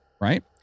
right